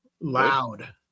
loud